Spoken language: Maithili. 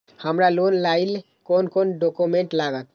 हमरा लोन लाइले कोन कोन डॉक्यूमेंट लागत?